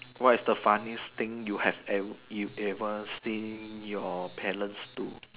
what is the funniest thing you have ever you ever seen your parents do